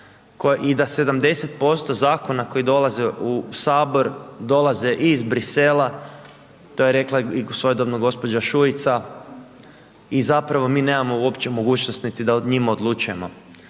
i da 70% zakona koji dolaze u sabor dolaze iz Bruxellesa to je rekla i svojedobno gospođa Šuica i zapravo mi nemamo uopće mogućnost niti da o njima odlučujemo.